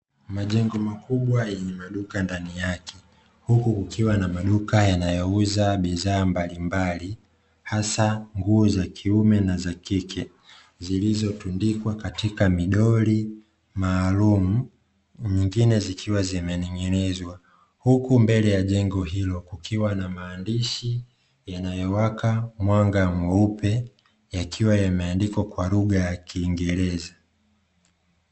Majengo makubwa yenye maduka ndani yake. Huku kukiwa na maduka yanayouza bidhaa mbalimbali, hasa nguo za kiume na za kike zilizotundikwa katika midoli maalumu, nyingine zikiwa zimening'inizwa. Huku mbele ya jengo hilo kukiwa na maandishi yanayowaka mwanga mweupe, yakiwa yameandikwa kwa lugha ya kiingereza.